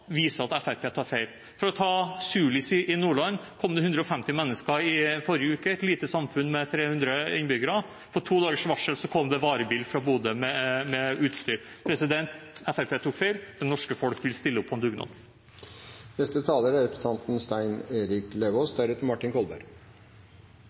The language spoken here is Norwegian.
viser at Fremskrittspartiet tar feil. For å ta Sulis i Nordland: Det kom 150 mennesker dit i forrige uke, et lite samfunn med 300 innbyggere. På to dagers varsel kom det en varebil fra Bodø med utstyr. Fremskrittspartiet tok feil. Det norske folk vil stille opp